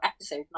episode